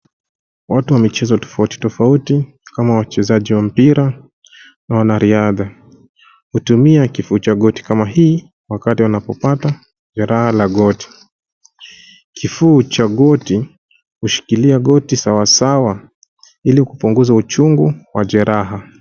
Watu wa michezo tofauti tofauti kama wachezaji wa mpira na wanariadha hutumia kifuu cha goti kama hii wakati wanapopata jeraha la goti. Kifuu cha goti hushikilia goti sawasawa ili kupunguza uchungu wa jeraha.